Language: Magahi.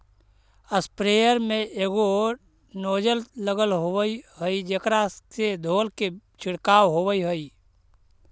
स्प्रेयर में एगो नोजल लगल होवऽ हई जेकरा से धोल के छिडकाव होवऽ हई